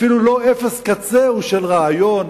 אפילו לא אפס קצהו של רעיון,